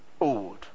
old